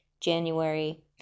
January